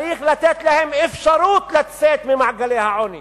צריך לתת להם אפשרות לצאת ממעגלי העוני